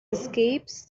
escapes